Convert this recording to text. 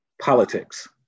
politics